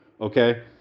okay